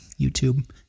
YouTube